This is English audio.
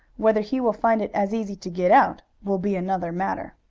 whether he will find it as easy to get out will be another matter.